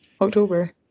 October